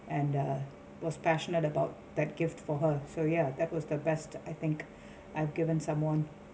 and the was passionate about that gift for her so ya that was the best I think I've given someone